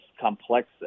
complex